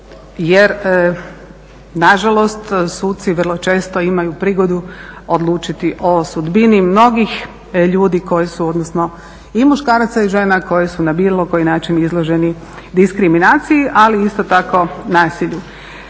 jer nažalost suci vrlo često imaju prigodu odlučiti o sudbini mnogih ljudi koji su, odnosno i muškaraca i žena koji su na bilo koji način izloženi diskriminaciji, ali isto tako nasilju.